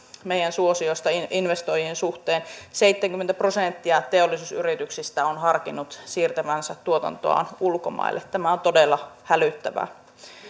meidän suosiosta investoijien suhteen seitsemänkymmentä prosenttia teollisuusyrityksistä on harkinnut siirtävänsä tuotantoaan ulkomaille tämä on todella hälyttävää